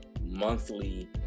monthly